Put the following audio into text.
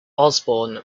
osborne